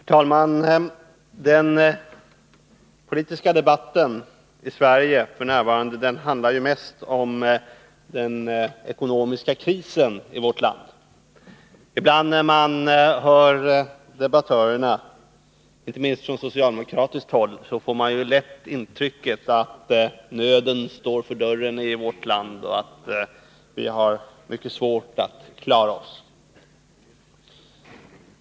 Herr talman! Den politiska debatten i Sverige handlar f. n. mest om den ekonomiska krisen i vårt land. När man hör debattörerna inte minst från socialdemokratiskt håll, får man ibland lätt intrycket att nöden står för dörren i vårt land och att vi har mycket svårt att klara oss.